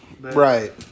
Right